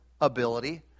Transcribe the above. ability